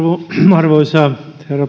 arvoisa herra